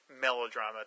Melodrama